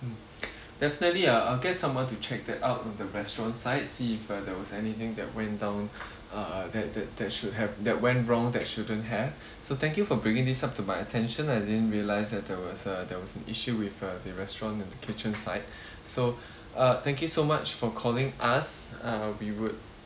mm definitely uh I'll get someone to check that out of the restaurant side see if uh there was anything that went down uh uh that that that should have that went wrong that shouldn't have so thank you for bringing this up to my attention I didn't realise that there was a there was an issue with uh the restaurant and the kitchen side so uh thank you so much for calling us uh we would